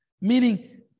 Meaning